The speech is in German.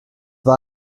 war